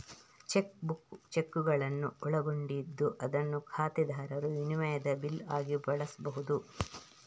check book ಚೆಕ್ಕುಗಳನ್ನು ಒಳಗೊಂಡಿದ್ದು ಅದನ್ನು ಖಾತೆದಾರರು ವಿನಿಮಯದ ಬಿಲ್ ಆಗಿ ಬಳಸ್ಬಹುದು